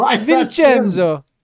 Vincenzo